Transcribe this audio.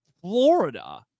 Florida